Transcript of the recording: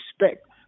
respect